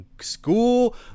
school